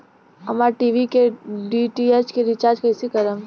हमार टी.वी के डी.टी.एच के रीचार्ज कईसे करेम?